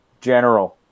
General